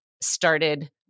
started